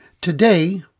Today